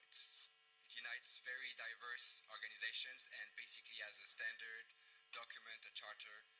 unites very diverse organizations and basically as a standard document, a charter,